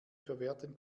verwerten